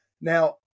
now